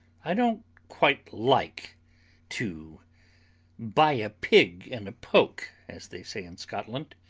i don't quite like to buy a pig in a poke as they say in scotland,